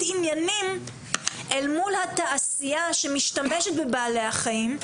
עניינים אל מול התעשייה שמשתמשת בבעלי החיים,